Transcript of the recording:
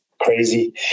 Crazy